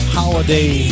holiday